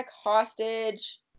hostage